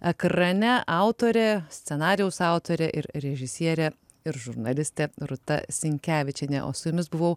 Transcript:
ekrane autorė scenarijaus autorė ir režisierė ir žurnalistė rūta sinkevičienė o su jumis buvau